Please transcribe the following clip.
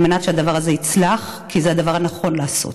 על מנת שהדבר הזה יצלח, כי זה הדבר הנכון לעשות.